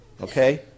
Okay